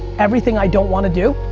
everything i don't wanna do.